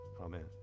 Amen